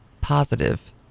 positive